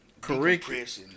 correct